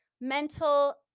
mental